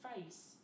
face